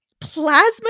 plasma